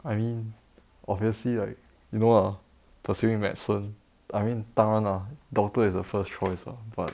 I mean obviously like you know ah pursuing medicine I mean 当然 ah doctor is the first choice lah but